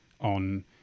on